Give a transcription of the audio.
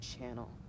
channel